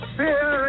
fear